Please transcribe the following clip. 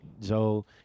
Joe